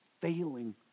failing